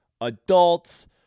adults